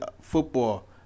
football